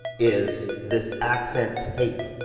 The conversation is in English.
is, this accent tape.